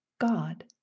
God